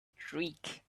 streak